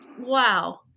Wow